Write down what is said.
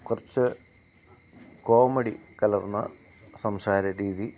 കുറച്ച് കോമഡി കലർന്ന സംസാരരീതി